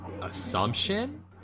assumption